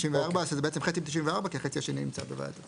על חצי מ-94 כי החצי השני נמצא בוועדת הפנים.